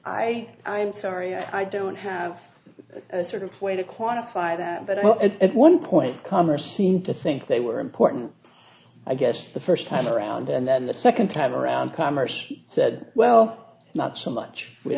i i'm sorry i don't have a sort of way to quantify that but at one point commerce seemed to think they were important i guess the first time around and then the second time around commerce said well not so much